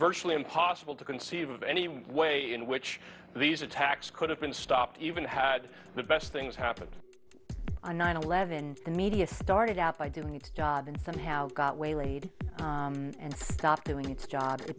virtually impossible to conceive of any way in which these attacks could have been stopped even had the best things happened on nine eleven the media started out by doing its job and somehow got waylaid and stopped doing its job